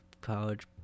college